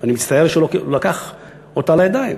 אני מצטער שהוא לא לקח אותה לידיים.